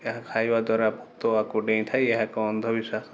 ଏହା ଖାଇବା ଦ୍ୱାରା ଭୂତ ୟାକୁ ଡ଼େଇଁଥାଏ ଏହା ଏକ ଅନ୍ଧବିଶ୍ୱାସ